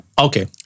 Okay